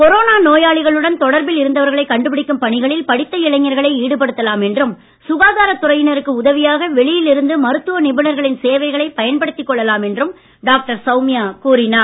corona நோயாளிகளுடன் தொடர்பில் இருந்தவர்களை கண்டுபிடிக்கும் பணிகளில் படித்த இளைஞர்களை ஈடுபடுத்தலாம் என்றும் சுகாதாரத் துறையினருக்கு உதவியாக வெளியில் இருந்து மருத்துவ நிபுணர்களின் சேவைகளைப் பயன்படுத்திக் கொள்ளலாம் என்றும் டாக்டர் சௌமியா கூறினார்